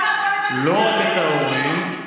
לא רק את ההורים,